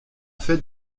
fait